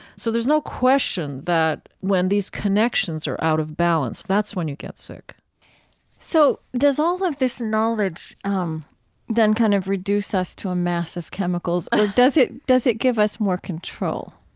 so there's no question that when these connections are out of balance, that's when you get sick so does all of this knowledge um then kind of reduce us to a mass of chemicals or does it does it give us more control?